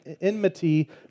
enmity